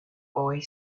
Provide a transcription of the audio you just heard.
boy